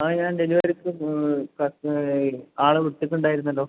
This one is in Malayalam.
ആ ഞാൻ ഡെലിവറിക്ക് കസ്റ്റമർ ആയിരുന്നു ആളെ വിട്ടിട്ട് ഉണ്ടായിരുന്നല്ലോ